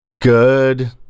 Good